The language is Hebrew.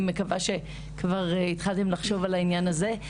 מקווה שכבר התחלתם לחשוב על העניין הזה.